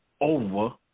over